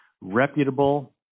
reputable